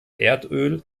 erdöl